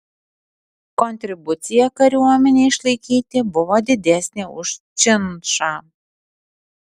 kontribucija kariuomenei išlaikyti buvo didesnė už činšą